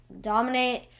dominate